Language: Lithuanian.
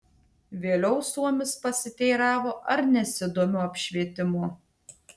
vėliau suomis pasiteiravo ar nesidomiu apšvietimu